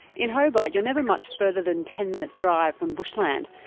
in hobart you're never much further than ten minutes drive from bushland.